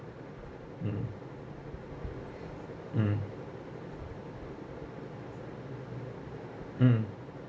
mm mm mm